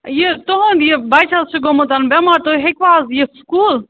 یہِ تُہُنٛد یہِ بَچہِ حظ چھُ گوٚمُت بٮ۪مار تُہۍ ہیٚکوا حظ یِتھ سکوٗل